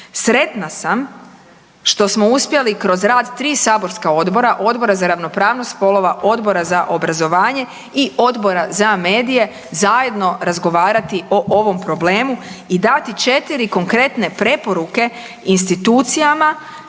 Sretna sam što smo uspjeli kroz rad tri saborska odbora – Odbora za ravnopravnost spolova, Odbora za obrazovanje i Odbora za medije zajedno razgovarati o ovom problemu i dati četiri konkretne preporuke institucijama